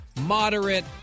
moderate